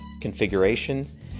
configuration